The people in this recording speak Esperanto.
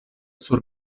sur